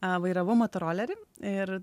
vairavau motorolerį ir